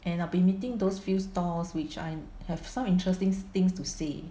and I'll be meeting those few stalls which I have some interesting things to say